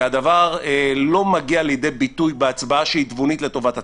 והדבר לא מגיע לידי ביטוי בהצבעה שהיא תבונית לטובת הציבור.